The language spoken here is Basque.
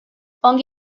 ongi